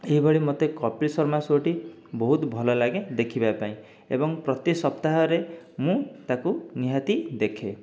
ଏହିଭଳି ମୋତେ କପିଲ୍ ଶର୍ମା ସୋ'ଟି ବହୁତ ଭଲ ଲାଗେ ଦେଖିବା ପାଇଁ ଏବଂ ପ୍ରତି ସପ୍ତାହରେ ମୁଁ ତାହାକୁ ନିହାତି ଦେଖେ